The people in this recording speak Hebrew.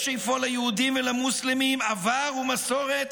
יש אפוא ליהודים ולמוסלמים עבר ומסורת